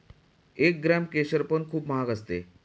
एक ग्राम केशर पण खूप महाग असते